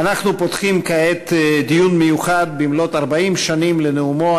אנחנו פותחים כעת דיון מיוחד במלאות 40 שנים לנאומו